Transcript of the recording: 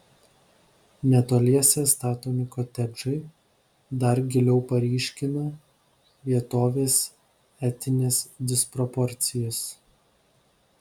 netoliese statomi kotedžai dar giliau paryškina vietovės etines disproporcijas